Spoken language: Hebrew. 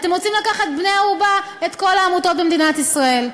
אתם רוצים לקחת בני-ערובה את כל העמותות במדינת ישראל.